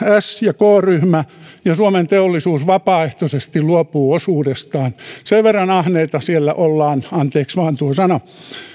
s ja k ryhmä ja suomen teollisuus vapaaehtoisesti luopuvat osuudestaan sen verran ahneita siellä ollaan anteeksi vaan tuo sana